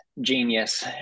genius